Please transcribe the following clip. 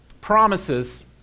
promises